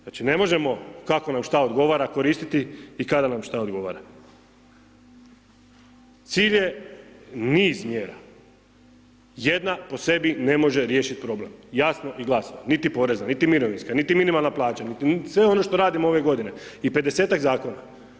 Znači ne možemo kako nam šta odgovara koristiti i kada nam šta odgovara, cilj je niz mjera, jedna po sebi ne može riješiti problem, jasno i glasno, niti poreza, niti mirovinska, niti minimalna plaća, niti sve ono što radimo ove godine i 50-tak zakona.